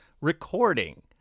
Recording